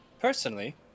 Personally